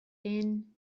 thin